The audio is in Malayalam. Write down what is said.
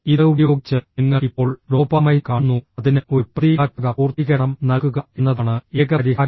ഇത് ഉപയോഗിച്ച് നിങ്ങൾ ഇപ്പോൾ ഡോപാമൈൻ കാണുന്നു അതിന് ഒരു പ്രതീകാത്മക പൂർത്തീകരണം നൽകുക എന്നതാണ് ഏക പരിഹാരം